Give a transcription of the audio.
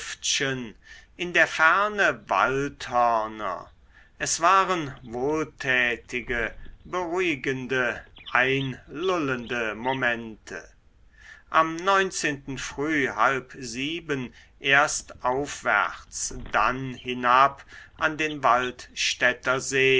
in der ferne waldhörner es waren wohltätige beruhigende einlullende momente am früh halb sieben erst aufwärts dann hinab an den waldstätter see